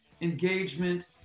engagement